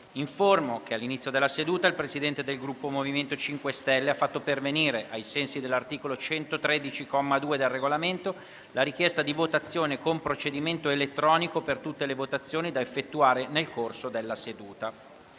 che all'inizio della seduta il Presidente del Gruppo MoVimento 5 Stelle ha fatto pervenire, ai sensi dell'articolo 113, comma 2, del Regolamento, la richiesta di votazione con procedimento elettronico per tutte le votazioni da effettuare nel corso della seduta.